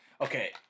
Okay